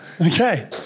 Okay